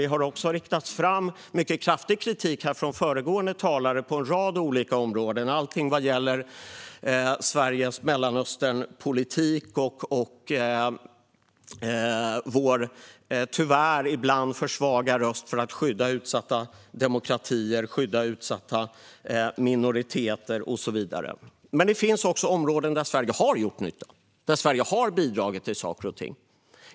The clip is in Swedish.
Det har också riktats mycket kraftig kritik från föregående talare på en rad olika områden, alltifrån Sveriges Mellanösternpolitik till vår tyvärr ibland för svaga röst för att skydda utsatta demokratier och minoriteter och så vidare. Det finns dock områden där Sverige har bidragit till saker och ting.